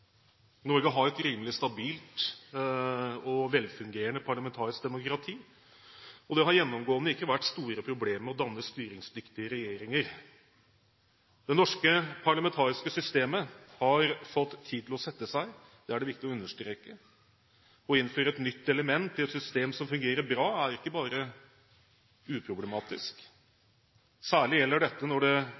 Norge har et rimelig stabilt og velfungerende parlamentarisk demokrati, og det har gjennomgående ikke vært store problemer med å danne styringsdyktige regjeringer. Det norske parlamentariske systemet har fått tid til å sette seg. Det er det viktig å understreke. Å innføre et nytt element i et system som fungerer bra, er ikke bare uproblematisk. Særlig gjelder dette når det